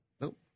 Nope